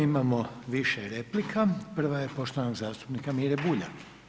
Imamo više replika, prva je poštovanog zastupnika Mire Bulja.